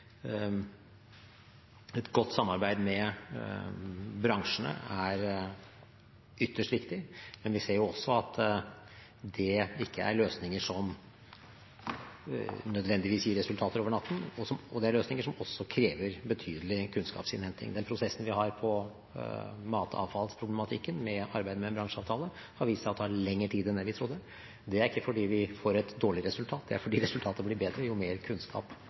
Et godt samarbeid med bransjene er ytterst viktig, men vi ser også at det ikke er løsninger som nødvendigvis gir resultater over natten, og det er løsninger som også krever betydelig kunnskapsinnhenting. Den prosessen vi har på matavfallsproblematikken med arbeidet med en bransjeavtale, har vist seg å ta lengre tid enn det vi trodde. Det er ikke fordi vi får et dårlig resultat, det er fordi resultatet blir bedre jo mer kunnskap